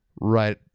right